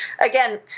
again